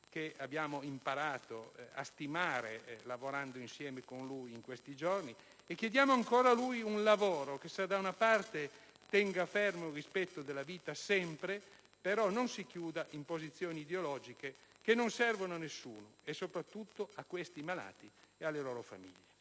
che abbiamo imparato a stimare lavorando insieme in questi giorni, al quale chiediamo ancora un lavoro, che se da una parte tenga sempre fermo il rispetto della vita, dall'altra non si chiuda però su posizioni ideologiche, che non servono a nessuno e soprattutto ai malati e alle loro famiglie.